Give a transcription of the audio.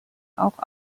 auch